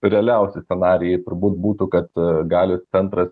realiausi scenarijai turbūt būtų kad gali centras